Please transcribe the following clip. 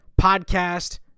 Podcast